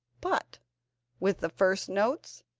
but with the first notes,